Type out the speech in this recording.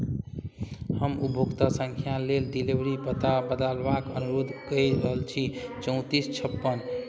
हम उपभोक्ता सङ्ख्या लेल डिलेवरी पता बदलबाक अनुरोध कए रहल छी चौंतीस छप्पन